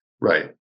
Right